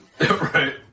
Right